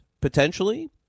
potentially